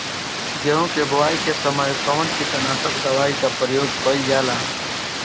गेहूं के बोआई के समय कवन किटनाशक दवाई का प्रयोग कइल जा ला?